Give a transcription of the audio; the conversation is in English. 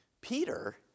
Peter